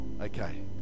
Okay